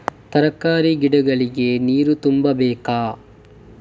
ತರಕಾರಿ ಗಿಡಗಳಿಗೆ ನೀರು ತುಂಬಬೇಕಾ?